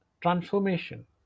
transformation